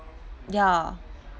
ya